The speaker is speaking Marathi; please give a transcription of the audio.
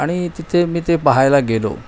आणि तिथे मी ते पाहायला गेलो